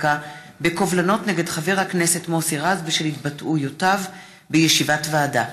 בקובלנות נגד חבר הכנסת מוסי רז בשל התבטאויותיו בישיבת ועדה.